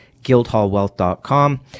Guildhallwealth.com